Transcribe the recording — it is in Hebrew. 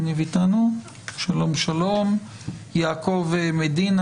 יעקב מדינה,